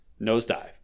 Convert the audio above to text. nosedive